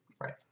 Right